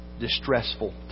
distressful